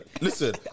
listen